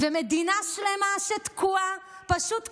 ומדינה שלמה שתקועה, פשוט תקועה,